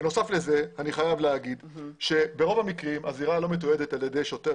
בנוסף לזה אני חייב לומר שברוב המקרים הזירה לא מתועדת על ידי שוטר